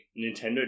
Nintendo